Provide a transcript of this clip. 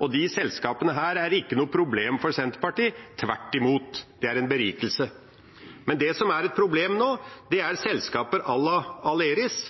og disse selskapene er ikke noe problem for Senterpartiet, de er tvert imot en berikelse. Det som er et problem nå, er selskaper à la Aleris,